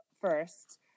first